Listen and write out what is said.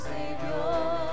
Savior